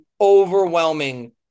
overwhelming